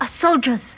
Soldiers